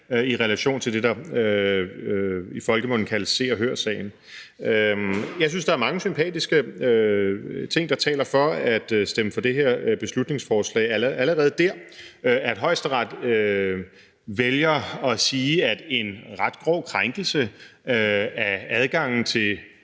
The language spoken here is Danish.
i relation til det, der i folkemunde kaldes Se og Hør-sagen. Jeg synes, der er mange sympatiske ting, der taler for at stemme for det her beslutningsforslag. Allerede det, at Højesteret vælger at sige, at en ret grov krænkelse af adgangen til